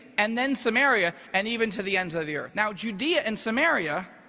and then samaria, and even to the ends of the earth. now, judea and samaria,